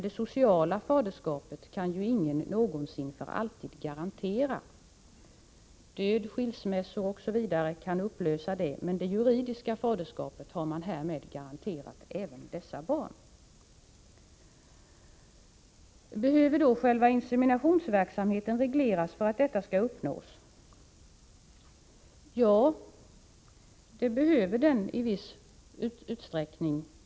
Det sociala faderskapet kan dock ingen någonsin för alltid garantera. Död, skilsmässa etc. kan leda till att det sociala faderskapet upplöses. Det juridiska faderskapet däremot garanteras nu även dessa barn. Behöver då själva inseminationsverksamheten regleras för att detta syfte skall uppnås? Ja, i viss utsträckning.